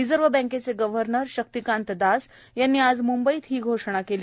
reserve बँकेचे governor Shaktikanta Das यांनी आज मुंबईत ही घोषणा केली